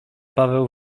paweł